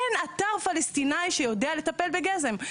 אין אתר פלסטינאי שיודע לטפל בגזם.